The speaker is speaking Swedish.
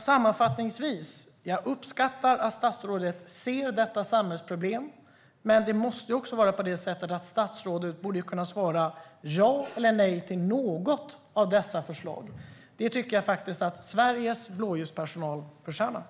Sammanfattningsvis uppskattar jag att statsrådet ser detta samhällsproblem, men statsrådet borde kunna svara ja eller nej till något av våra förslag. Det tycker jag att Sveriges blåljuspersonal förtjänar.